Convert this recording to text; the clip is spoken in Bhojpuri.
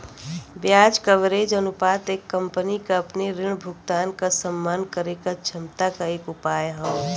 ब्याज कवरेज अनुपात एक कंपनी क अपने ऋण भुगतान क सम्मान करे क क्षमता क एक उपाय हौ